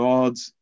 God's